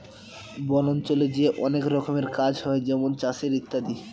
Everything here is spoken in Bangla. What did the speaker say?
বন অঞ্চলে যে অনেক রকমের কাজ হয় যেমন চাষের ইত্যাদি